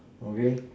okay